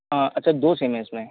हाँ अच्छा दो सिम हैं इसमें